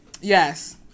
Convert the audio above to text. Yes